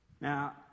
Now